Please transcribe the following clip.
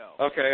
Okay